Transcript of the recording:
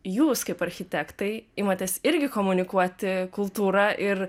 jūs kaip architektai imatės irgi komunikuoti kultūrą ir